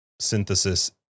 synthesis